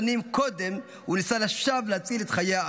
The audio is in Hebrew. קודם הוא ניסה לשווא להציל את חיי האח